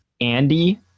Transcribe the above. andy